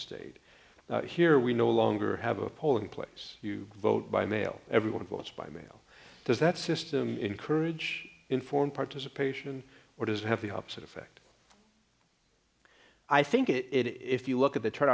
state here we no longer have a polling place you vote by mail everyone votes by mail does that system encourage informed participation or does have the opposite effect i think it is if you look at the